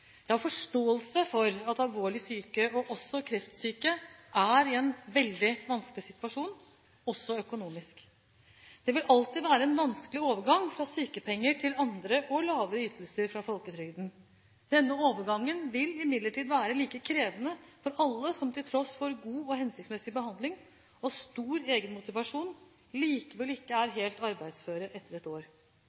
Jeg har forståelse for at alvorlig syke og også kreftsyke er i en veldig vanskelig situasjon – også økonomisk. Det vil alltid være en vanskelig overgang fra sykepenger til andre og lavere ytelser fra folketrygden. Denne overgangen vil imidlertid være like krevende for alle som til tross for god og hensiktsmessig behandling og stor egenmotivasjon likevel ikke er helt arbeidsføre etter ett år.